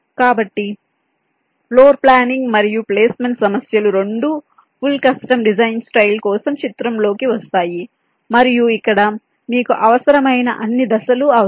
కాబట్టి floor planning మరియు placement సమస్యలు రెండూ ఫుల్ కస్టమ్ డిజైన్ స్టైల్ కోసం చిత్రంలోకి వస్తాయి మరియు ఇక్కడ మీకు అవసరమైన అన్ని దశ లు అవసరం